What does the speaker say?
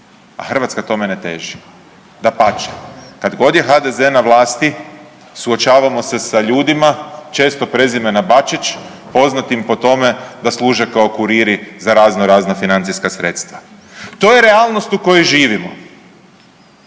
a Hrvatska tome ne teži, dapače kad god je HDZ na vlasti suočavamo se sa ljudima često prezimena Bačić poznatim po tome da služe kao kuriri za razno razna financijska sredstva. To je realnost u kojoj živimo.